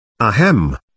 Ahem